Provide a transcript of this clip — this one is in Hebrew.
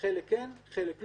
חלק כן וחלק לא.